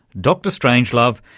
dr strangelove,